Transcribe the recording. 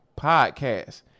podcast